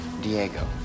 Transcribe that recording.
Diego